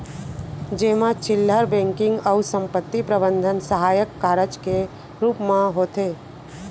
जेमा चिल्लहर बेंकिंग अउ संपत्ति प्रबंधन सहायक कारज के रूप म होथे